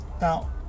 Now